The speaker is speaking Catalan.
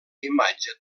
imatge